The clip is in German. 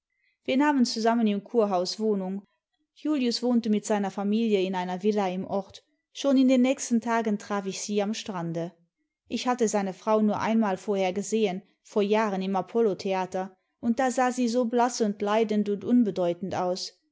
wir nahmen zusammen im kurhaus wohnung julius wohnte mit seiner fanülie in einer villa im ort schon in den nächsten tagen traf ich sie am strande ich hatte seine frau nur einmal vorher gesehen vor jahren im apollotheater und da sah sie so blaß und leidend und unbedeutend aus